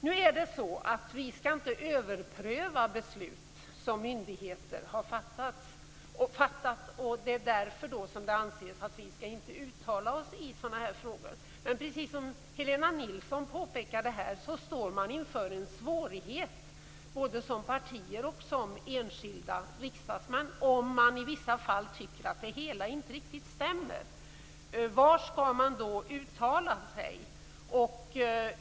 Nu skall vi inte överpröva beslut som myndigheter har fattat, och det är därför som det anses att vi inte skall uttala oss i sådana här frågor. Men precis som Helena Nilsson påpekade står man inför en svårighet, både som parti och som enskild riksdagsman, om man i vissa fall tycker att det hela inte riktigt stämmer. Var skall man då uttala sig?